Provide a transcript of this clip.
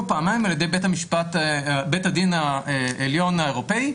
פעמיים על ידי בית הדין העליון האירופאי,